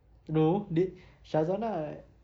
you know did syazwana [what]